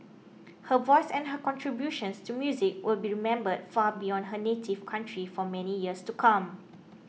her voice and her contributions to music will be remembered far beyond her native county for many years to come